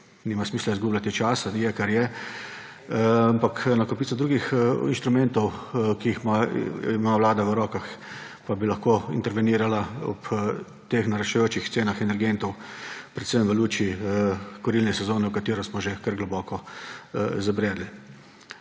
nima smisla izgubljati časa, je, kar je; ampak glede na kopico drugih inštrumentov, ki jih ima vlada v rokah, pa bi lahko intervenirala ob teh naraščajočih cenah energentov, predvsem v luči kurilne sezone, v katero smo že kar globoko zabredli.